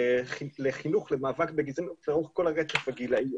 לחינוך למאבק בגזענות לאורך כל הרצף הגילאי.